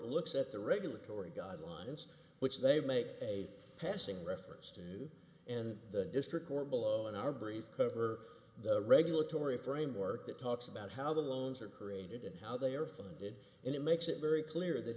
looks at the regulatory god lines which they make a passing reference to and the district court below in our brief cover the regulatory framework that talks about how the loans are created and how they are funded and it makes it very clear that